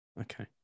Okay